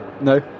No